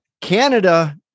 Canada